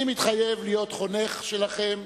אני מתחייב להיות חונך שלכם",